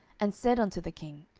and said unto the king,